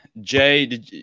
Jay